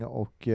och